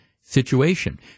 situation